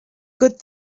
good